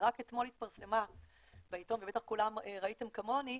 ורק אתמול התפרסמה בעיתון ובטח כולם ראיתם כמוני,